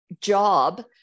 job